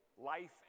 life